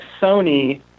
Sony